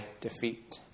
defeat